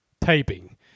taping